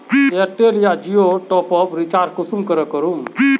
Airtel या जियोर top up recharge कुंसम करे करूम?